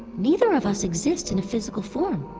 neither of us exist in a physical form,